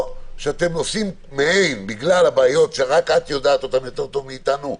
או שבגלל הבעיות שרק את יודעת יותר טוב מאיתנו,